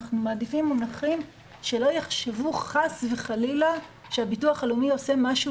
אנחנו מעדיפים מונחים שלא יחשבו חס וחלילה שהביטוח הלאומי עושה משהו